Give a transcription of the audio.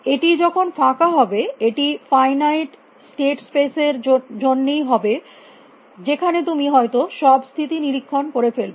এটি যখন ফাঁকা হবে এটি ফাইনাইট স্টেট স্পেস এর এর জন্যই হবে যেখানে তুমি হয়ত সব স্থিতিই নিরীক্ষণ করে ফেলবে